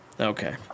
Okay